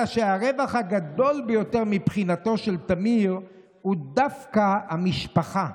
"אלא שהרווח הגדול ביותר מבחינתו של תמיר הוא דווקא המשפחה.